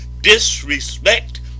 disrespect